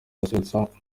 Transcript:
bazasusurutsa